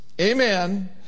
amen